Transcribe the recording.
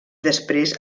després